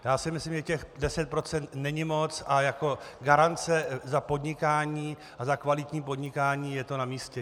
Já si myslím, že 10 % není moc a jako garance za podnikání a za kvalitní podnikání je to namístě.